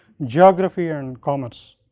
geography and commerce.